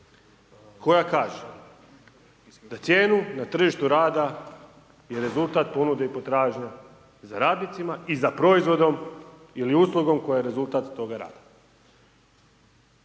koja kaže, da cijenu na tržištu rada je rezultat ponude i potražnje za radnicima i za proizvodom ili uslugom koja je rezultat toga rada.